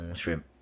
shrimp